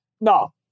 No